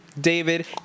David